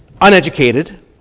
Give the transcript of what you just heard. uneducated